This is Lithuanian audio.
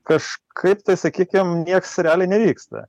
kažkaip tai sakykim nieks realiai nevyksta